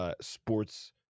sports